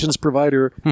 provider